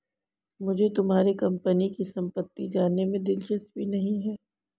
मुझे तुम्हारे कंपनी की सम्पत्ति जानने में दिलचस्पी नहीं है